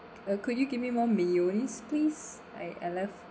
uh could you give me more mayonnaise please I I love